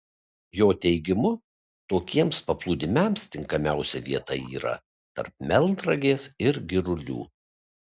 jo teigimu tokiems paplūdimiams tinkamiausia vieta yra tarp melnragės ir girulių